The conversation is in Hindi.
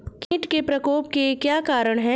कीट के प्रकोप के क्या कारण हैं?